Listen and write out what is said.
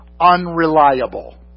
unreliable